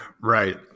Right